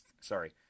sorry